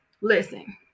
Listen